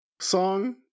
song